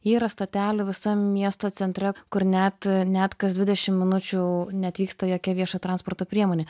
yra stotelių visam miesto centre kur net net kas dvidešimt minučių neatvyksta jokia viešojo transporto priemonė